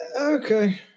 Okay